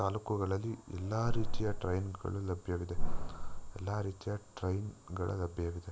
ತಾಲೂಕುಗಳಲ್ಲಿ ಎಲ್ಲ ರೀತಿಯ ಟ್ರೈನ್ಗಳು ಲಭ್ಯವಿದೆ ಎಲ್ಲ ರೀತಿಯ ಟ್ರೈನ್ಗಳು ಲಭ್ಯವಿದೆ